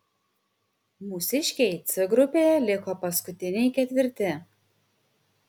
mūsiškiai c grupėje liko paskutiniai ketvirti